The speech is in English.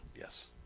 Yes